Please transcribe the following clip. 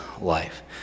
life